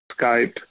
Skype